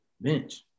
Bench